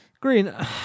Green